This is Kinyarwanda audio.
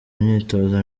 imyitozo